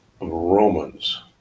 Romans